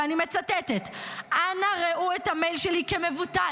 ואני מצטטת: אנא ראו את המייל שלי כמבוטל.